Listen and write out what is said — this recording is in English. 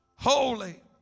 Holy